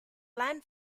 land